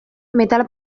metal